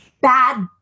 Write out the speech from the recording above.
bad